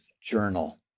journal